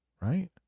right